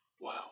Wow